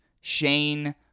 Shane